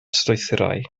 strwythurau